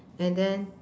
and then